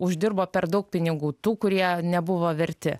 uždirbo per daug pinigų tų kurie nebuvo verti